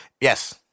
Yes